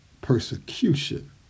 persecution